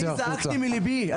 אני זעקתי מליבי,